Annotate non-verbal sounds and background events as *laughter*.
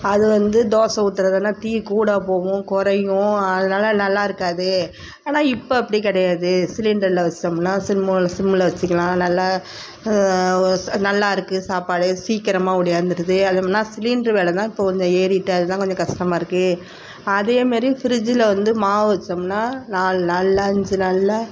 அது வந்து தோசை ஊற்றுறதுன்னா தீ கூட போகும் குறையும் அதனால நல்லா இருக்காது ஆனால் இப்போ அப்படி கிடையாது சிலிண்டரில் வச்சம்னால் சிம்மில் சிம்மில் வச்சுக்கலாம் நல்லா நல்லா இருக்குது சாப்பாடு சீக்கிரமா ஒடியாந்துடுது *unintelligible* சிலிண்டரு வில தான் இப்போது கொஞ்சம் ஏறிட்டு அது தான் கொஞ்சம் கஷ்டமாக இருக்குது அதேமாரி ஃப்ரிட்ஜில் வந்து மாவு வச்சோம்னா நாலு நாளில் அஞ்சு நாளில்